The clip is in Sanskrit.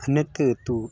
अन्यत्तु